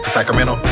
Sacramento